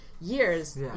years